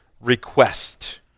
request